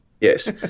Yes